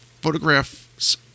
photograph's